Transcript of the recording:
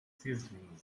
sizzling